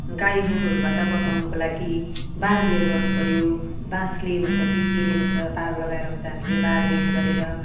गाई गोरुहरूबाट बचाउनको लागि बारबेर गर्नु पर्यो बाँसले हुन्छ कि केले हुन्छ तारहरू लगाएर हुन्छ हामीले बारबेर गरेर